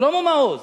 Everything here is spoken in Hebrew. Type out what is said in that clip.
שלמה מעוז,